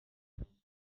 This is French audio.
équipes